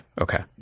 Okay